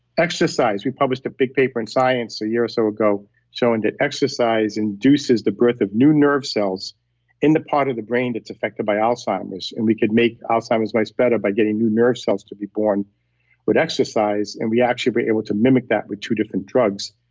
exercise, we published a big paper in science a year or so ago showing that exercise induces the birth of new nerve cells in the part of the brain that's affected by alzheimer's. and we could make alzheimer's much better by getting new nerve cells to be born with exercise and we actually were able to mimic that with two different drugs.